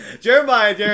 Jeremiah